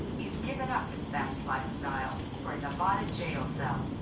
he's given up his fast lifestyle for a divided jail cell.